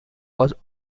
was